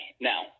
now